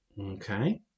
Okay